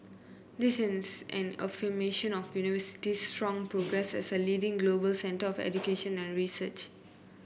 this is an affirmation of the University's strong progress as a leading global centre of education and research